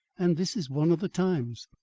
and this is one of the times.